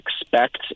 expect